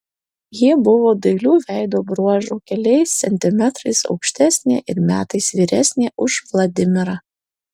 ji buvo dailių veido bruožų keliais centimetrais aukštesnė ir metais vyresnė už vladimirą